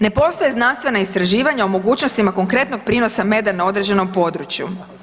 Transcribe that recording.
Ne postoje znanstvena istraživanja o mogućnostima konkretnog prinosa meda na određenom području.